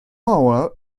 mower